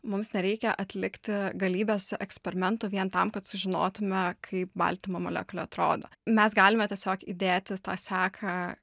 mums nereikia atlikti galybės eksperimentų vien tam kad sužinotume kaip baltymo molekulė atrodo mes galime tiesiog įdėti tą seką